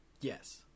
Yes